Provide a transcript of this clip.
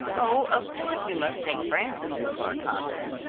oh, of course we must take frances into our confidence.